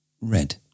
red